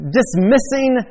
dismissing